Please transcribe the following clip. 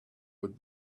would